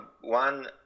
one